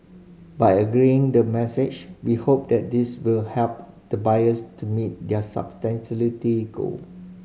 by aggregating the masses we hope that this will help the buyers to meet their sustainability goal